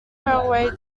railway